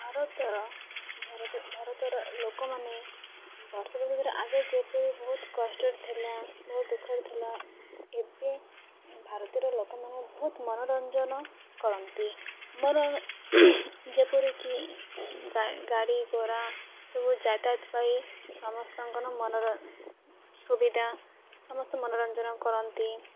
ଭାରତର ଭାରତ ଭାରତର ଲୋକମାନେ ବର୍ଷ ବର୍ଷ ଧରି ଆଗେ ଯେପରି ବହୁତ କଷ୍ଟରେ ଥିଲା ବହୁତ ଦୁଃଖରେ ଥିଲା ଏବେ ଭାରତର ଲୋକମାନେ ବହୁତ ମନୋରଞ୍ଜନ କରନ୍ତି ମନ ଯେପରିକି ଗାଡ଼ି ଘୋଡ଼ା ସବୁ ଯତାୟତ ପାଇଁ ସମସ୍ତଙ୍କ ମନର ସୁବିଧା ସମସ୍ତେ ମନୋରଞ୍ଜନ କରନ୍ତି